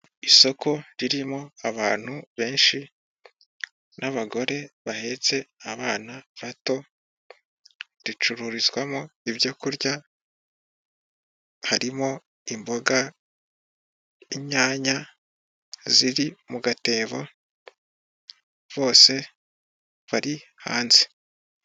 Isoko ririmo abantu benshi n'abagore bahetse abana bato, ricururizwamo ibyo kurya harimo imboga, inyanya ziri mu gatebo, bose bari hanze.